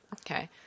Okay